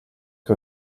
que